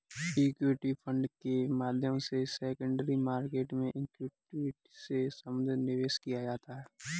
equity fund के माध्यम से सेकेंडरी मार्केट में इक्विटी से संबंधित निवेश किया जाता है